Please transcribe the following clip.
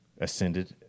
ascended